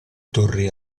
torri